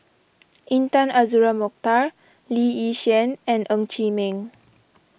Intan Azura Mokhtar Lee Yi Shyan and Ng Chee Meng